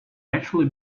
actually